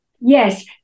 yes